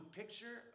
picture